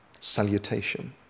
salutation